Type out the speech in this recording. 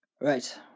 Right